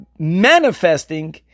Manifesting